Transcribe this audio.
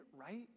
right